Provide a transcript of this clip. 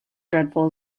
dreadful